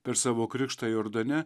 per savo krikštą jordane